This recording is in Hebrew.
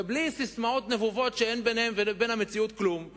בלי ססמאות נבובות שאין ביניהן לבין המציאות כלום.